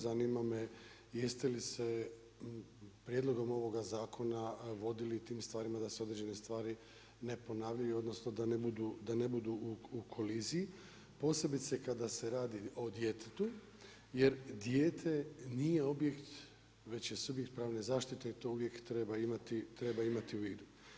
Zanima me jeste li se prijedlogom ovoga zakona vodili tim stvarima da se određene stvari ne ponavljaju, odnosno da ne budu u koliziji posebice kada se radi o djetetu jer dijete nije objekt već je subjekt pravne zaštite i to uvijek treba imati u vidu.